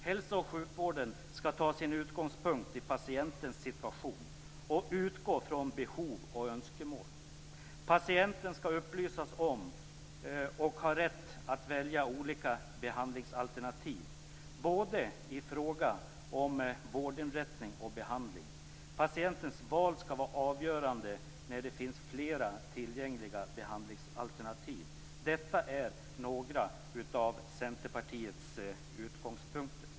Hälso och sjukvården skall ta sin utgångspunkt i patientens situation och utgå från behov och önskemål. Patienten skall upplysas om och ha rätt att välja olika behandlingsalternativ, i fråga om både vårdinrättning och behandling. Patientens val skall vara avgörande när det finns flera tillgängliga behandlingsalternativ. Detta är några av Centerpartiets utgångspunkter.